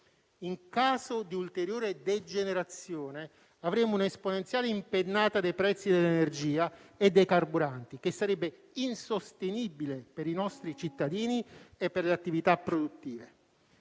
In caso di ulteriore degenerazione, avremmo un'esponenziale impennata dei prezzi dell'energia e dei carburanti, che sarebbe insostenibile per i nostri cittadini e per le attività produttive;